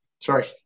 sorry